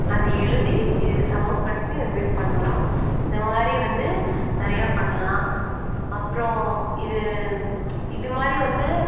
அதை எழுதி இது சம்பந்தப்படுத்தி அது மாதிரி பண்ணலாம் இந்த மாதிரி வந்து நிறையா பண்ணலாம் அப்புறம் இது இது மாதிரி வந்து